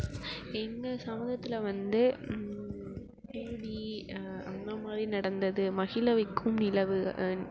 எங்கள் சமூகத்தில் வந்து மூவி அந்தமாதிரி நடந்தது மகிழ வைக்கும் நிலவு